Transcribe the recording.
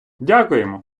дякуємо